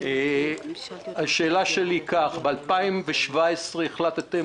השאלה שלי היא זאת: ב-2017 החלטתם